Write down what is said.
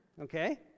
okay